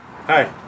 Hi